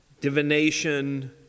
divination